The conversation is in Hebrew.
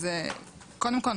קודם כול,